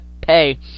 pay